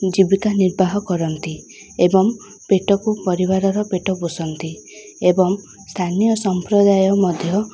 ଜୀବିକା ନିର୍ବାହ କରନ୍ତି ଏବଂ ପେଟକୁ ପରିବାରର ପେଟ ପୋଷନ୍ତି ଏବଂ ସ୍ଥାନୀୟ ସମ୍ପ୍ରଦାୟ ମଧ୍ୟ